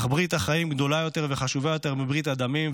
אך ברית החיים גדולה יותר וחשובה יותר מברית הדמים,